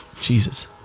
Jesus